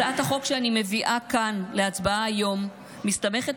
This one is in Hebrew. הצעת החוק שאני מביאה כאן להצבעה היום מסתמכת